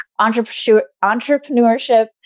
entrepreneurship